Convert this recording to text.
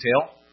detail